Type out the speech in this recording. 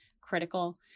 critical